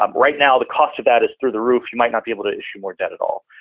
um right now, the cost of that is through the roof. you might not be able to issue more debt at all.